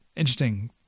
interesting